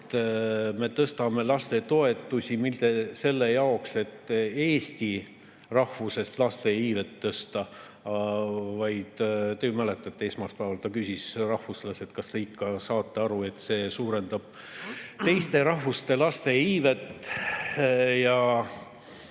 me tõstame lastetoetusi mitte selle jaoks, et eesti rahvusest laste iivet tõsta, vaid te ju mäletate, esmaspäeval ta küsis: rahvuslased, kas te ikka saate aru, et see suurendab teistest rahvustest laste iivet?